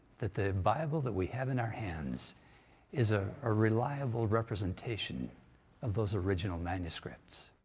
that the bible that we have in our hands is a ah reliable representation of those original manuscripts.